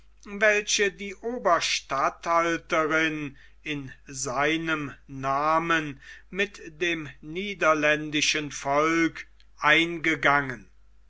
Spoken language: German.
welche die oberstatthalterin in seinem namen mit dem niederländischen volke eingegangen